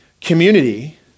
community